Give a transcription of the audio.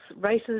races